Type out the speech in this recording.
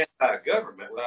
anti-government